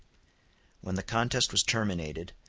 when the contest was terminated,